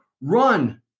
run